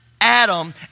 Adam